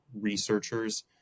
researchers